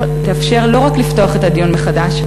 תאפשר לא רק לפתוח את הדיון מחדש,